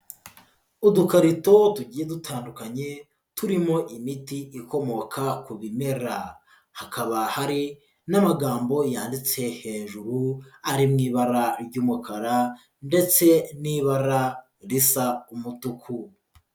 Udukarito tugiye dutandukanye turimo imiti ikomoka ku bimera, hakaba hari n'amagambo yanditse hejuru ari mu ibara ry'umukara ndetse n'ibara risa umutuku.